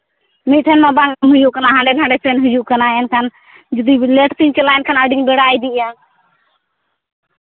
ᱢᱤᱫ ᱴᱷᱮᱱ ᱫᱚ ᱵᱟᱝ ᱦᱩᱭᱩᱜ ᱠᱟᱱᱟ ᱦᱟᱸᱰᱮ ᱱᱷᱟᱰᱮ ᱥᱮᱱ ᱦᱩᱭᱩᱜ ᱠᱟᱱᱟ ᱮᱱᱠᱷᱟᱱ ᱡᱩᱫᱤ ᱞᱮᱴ ᱛᱤᱧ ᱪᱮᱞᱮᱜᱼᱟ ᱮᱱᱠᱷᱟᱱ ᱟᱹᱰᱤᱧ ᱵᱮᱲᱟ ᱤᱫᱤᱜᱼᱟ